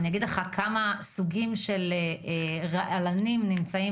אני אגיד לך כמה סוגים של רעלנים נמצאים